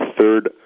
third